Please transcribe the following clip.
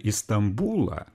į stambulą